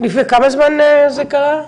לפני כמה זמן זה קרה?